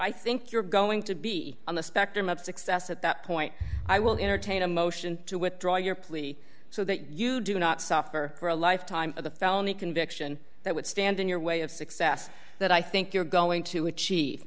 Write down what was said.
i think you're going to be on the spectrum of success at that point i will entertain a motion to withdraw your plea so that you do not suffer for a life time of the felony conviction that would stand in your way of success that i think you're going to achieve